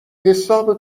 حساب